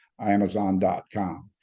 Amazon.com